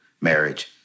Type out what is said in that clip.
marriage